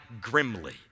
grimly